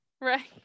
right